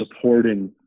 supporting